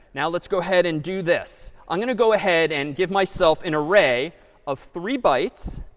now let's go ahead and do this. i'm going to go ahead and give myself an array of three bytes.